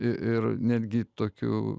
ir ir netgi tokių